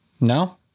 No